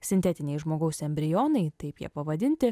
sintetiniai žmogaus embrionai taip jie pavadinti